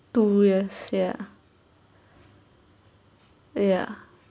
do yours sia ya